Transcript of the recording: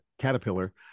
Caterpillar